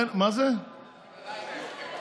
כל לילה ההסכם הזה.